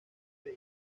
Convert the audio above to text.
john